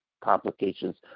complications